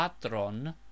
patron